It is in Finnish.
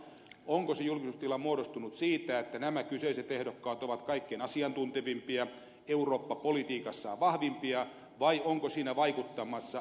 onko se julkisuustila muodostunut siitä että nämä kyseiset ehdokkaat ovat kaikkein asiantuntevimpia eurooppa politiikassaan vahvimpia vai onko siinä vaikuttamassa joku muu esimerkiksi medianäkyvyys